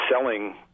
selling